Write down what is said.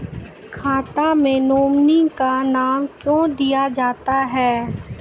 खाता मे नोमिनी का नाम क्यो दिया जाता हैं?